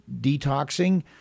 detoxing